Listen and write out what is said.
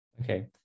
Okay